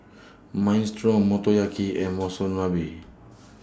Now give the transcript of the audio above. Minestrone Motoyaki and Monsunabe